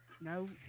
No